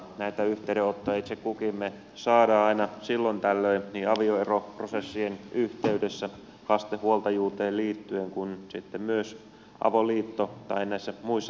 näitä yhteydenottoja me saamme itse kukin aina silloin tällöin niin avioeroprosessien yhteydessä lasten huoltajuuteen liittyen kuin sitten myös avoliitto tai näissä muissa tapauksissa